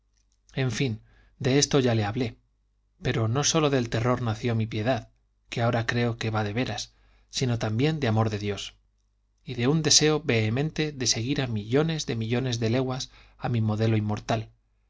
en fin de esto ya le hablé pero no sólo del terror nació mi piedad que ahora creo que va de veras sino también de amor de dios y de un deseo vehemente de seguir a millones de millones de leguas a mi modelo inmortal